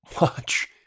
watch